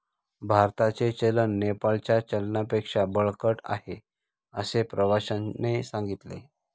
भारताचे चलन नेपाळच्या चलनापेक्षा बळकट आहे, असे प्रवाश्याने सांगितले